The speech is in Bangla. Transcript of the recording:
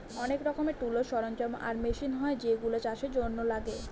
অনেক রকমের টুলস, সরঞ্জাম আর মেশিন হয় যেগুলা চাষের জন্য লাগে